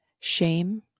shame